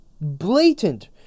blatant